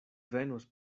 venos